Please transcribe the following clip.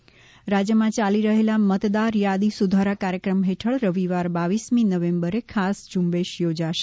મતદારી યાદી રાજ્યમાં ચાલી રહેલા મતદાર યાદી સુધારા કાર્યક્રમ હેઠળ રવિવાર બાવીસમી નવેમ્બરે ખાસ ઝૂંબશ યોજાશે